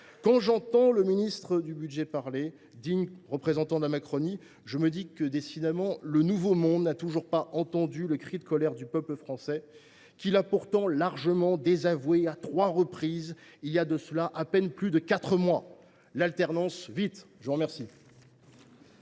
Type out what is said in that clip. Quand j’entends le ministre du budget s’exprimer, digne représentant de la Macronie, je me dis que, décidément, le nouveau monde n’a toujours pas entendu le cri de colère d’un peuple français qui l’a pourtant largement désavoué, à trois reprises, il y a à peine plus de quatre mois. L’alternance, vite ! La parole